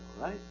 right